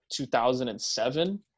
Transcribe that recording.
2007